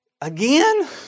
again